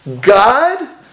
God